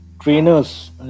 trainers